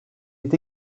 est